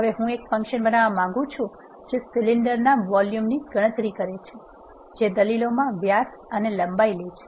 હવે હું એક ફંક્શન બનાવવા માંગુ છું જે સિલિન્ડર ના વોલ્યુમ ની ગણતરી કરે છે જે દલીલોમાં વ્યાસ અને લંબાઈ લે છે